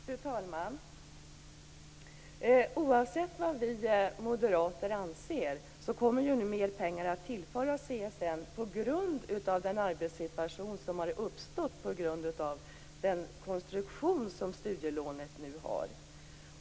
Fru talman! Oavsett vad vi moderater anser kommer nu mer pengar att tillföras CSN på grund av den arbetssituation som har uppstått genom den konstruktion som studielånet nu har.